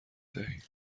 دهیم